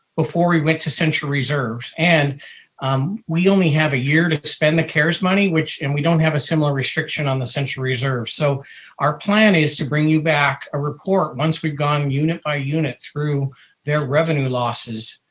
before we went to central reserves, and um we only have a year to spend the cares money and we don't have a similar restriction on the central reserve. so our plan is to bring you back a report once we've gone unit by unit through their revenue losses.